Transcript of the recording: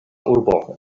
urbo